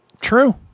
True